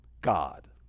God